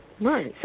Right